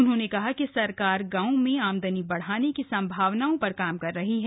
उन्होंने कहा कि सरकार गांवों में आमदनी बढ़ाने की संभावनाओं पर काम कर रही है